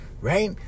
right